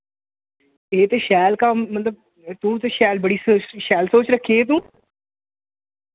एह् ते शैल कम्म मतलब तू ते शैल बड़ी स शैल सोच रक्खी ऐ तूं